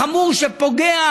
להתפטר.